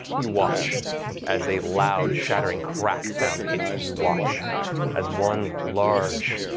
you watch as a loud, shattering crack sound hits, and you watch as one large,